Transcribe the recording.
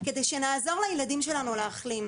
כדי שנעזור לילדים שלנו להחלים?